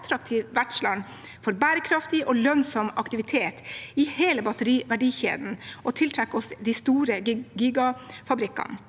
et attraktivt vertsland for bærekraftig og lønnsom aktivitet i hele batteriverdikjeden og tiltrekke oss de store gigafabrikkene.